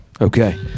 Okay